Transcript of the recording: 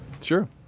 Sure